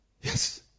Yes